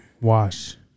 Wash